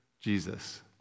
Jesus